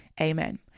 amen